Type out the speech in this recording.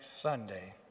Sunday